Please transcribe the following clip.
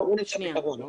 היכן שנמצא מטע התמרים,